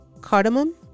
cardamom